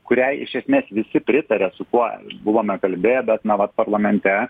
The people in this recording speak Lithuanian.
kuriai iš esmės visi pritarė su kuo buvome kalbėję bet na vat parlamente